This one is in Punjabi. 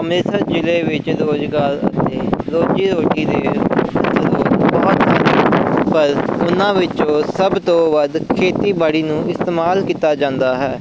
ਅੰਮ੍ਰਿਤਸਰ ਜ਼ਿਲ੍ਹੇ ਵਿੱਚ ਰੁਜ਼ਗਾਰ ਅਤੇ ਰੋਜ਼ੀ ਰੋਟੀ ਦੇ ਮੁੱਖ ਸ੍ਰੋਤ ਬਹੁਤ ਹਨ ਪਰ ਉਹਨਾਂ ਵਿੱਚੋਂ ਸਭ ਤੋਂ ਵੱਧ ਖੇਤੀਬਾੜੀ ਨੂੰ ਇਸਤੇਮਾਲ ਕੀਤਾ ਜਾਂਦਾ ਹੈ